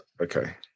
Okay